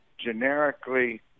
generically